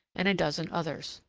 and a dozen others.